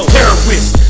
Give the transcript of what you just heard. Terrorists